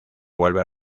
vuelve